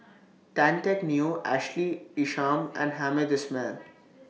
Tan Teck Neo Ashley Isham and Hamed Ismail